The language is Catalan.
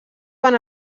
van